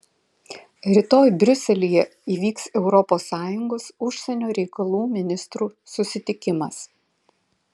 rytoj briuselyje įvyks europos sąjungos užsienio reikalų ministrų susitikimas